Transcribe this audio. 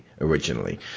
originally